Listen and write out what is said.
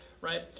right